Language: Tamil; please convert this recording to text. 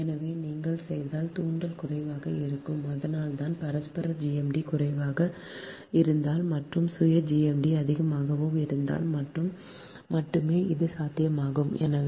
எனவே நீங்கள் செய்தால் தூண்டல் குறைவாக இருக்கும் அதனால்தான் பரஸ்பர GMD குறைவாக இருந்தால் மற்றும் சுய GMD அதிகமாக இருந்தால் மட்டுமே அது சாத்தியமாகும் எனவே